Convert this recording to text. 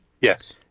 Yes